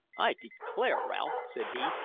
i declare, ralph, said he,